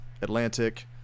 Atlantic